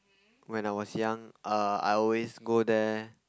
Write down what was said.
when I was young uh I always go there